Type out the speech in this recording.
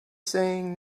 saying